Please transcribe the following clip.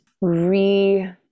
re-